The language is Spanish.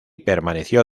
permaneció